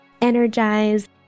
energized